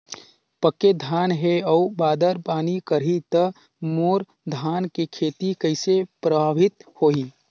पके धान हे अउ बादर पानी करही त मोर धान के खेती कइसे प्रभावित होही?